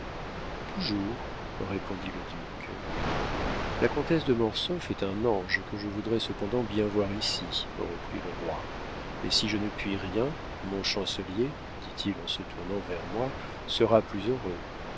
toujours répondit le duc la comtesse de mortsauf est un ange que je voudrais cependant bien voir ici reprit le roi mais si je ne puis rien mon chancelier dit-il en se tournant vers moi sera plus heureux